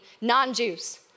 non-Jews